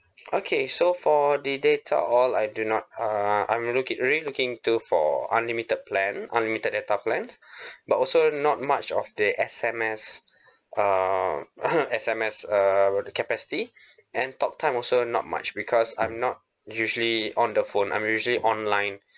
okay so for the data all I do not uh I'm looking really looking to for unlimited plan unlimited data plan but also not much of the S_M_S err S_M_S err capacity and talk time also not much because I'm not usually on the phone I'm usually online